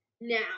Now